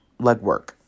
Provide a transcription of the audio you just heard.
legwork